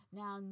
now